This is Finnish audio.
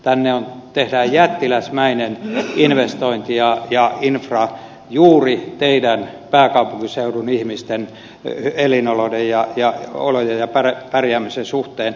tänne tehdään jättiläismäinen investointi ja infra juuri teidän pääkaupunkiseudun ihmisten elinolojen ja pärjäämisen suhteen